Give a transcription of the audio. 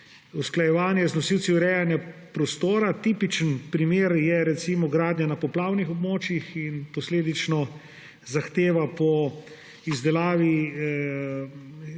usklajevanje z nosilci urejanja prostora. Tipičen primer je recimo gradnja na poplavnih območjih in posledično zahteva po izdelavi